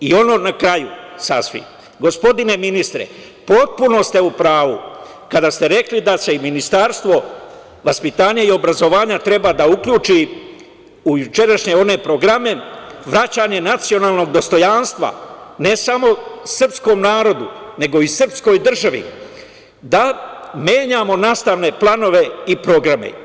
I ono na kraju sasvim, gospodine ministre, potpuno ste u pravu kada ste rekli da se i Ministarstvo vaspitanja i obrazovanja treba da uključi u jučerašnje one programe - vraćanje nacionalnog dostojanstva, ne samo srpskom narodu, nego i srpskoj državi, da menjamo nastavne planove i programe.